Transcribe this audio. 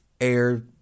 air